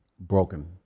broken